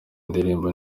ndirimbo